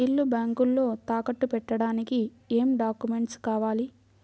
ఇల్లు బ్యాంకులో తాకట్టు పెట్టడానికి ఏమి డాక్యూమెంట్స్ కావాలి?